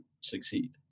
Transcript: succeed